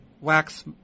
wax